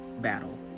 battle